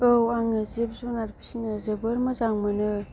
औ आङो जिब जुनार फिनो जोबोर मोजां मोननो